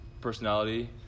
personality